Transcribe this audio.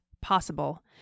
possible